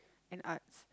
and arts